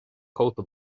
cóta